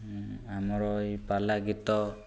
ଆମର ଏଇ ପାଲା ଗୀତ